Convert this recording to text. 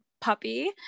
puppy